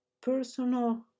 personal